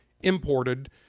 imported